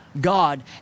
God